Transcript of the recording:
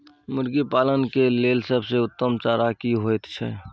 मुर्गी पालन के लेल सबसे उत्तम चारा की होयत छै?